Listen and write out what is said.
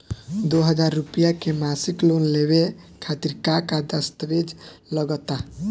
दो हज़ार रुपया के मासिक लोन लेवे खातिर का का दस्तावेजऽ लग त?